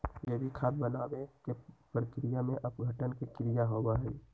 जैविक खाद बनावे के प्रक्रिया में अपघटन के क्रिया होबा हई